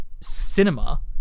cinema